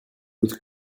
with